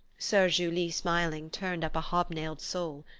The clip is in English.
soeur julie, smiling, turned up a hob-nailed sole.